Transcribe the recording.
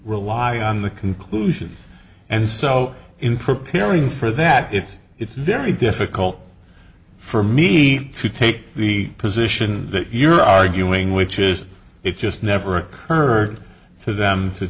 rely on the conclusions and so in preparing for that it's it's very difficult for me to take the position that you're arguing which is it just never occurred to them to